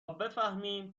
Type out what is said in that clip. بفهمیم